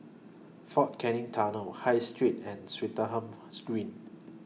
Fort Canning Tunnel High Street and Swettenham's Green